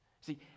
See